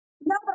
No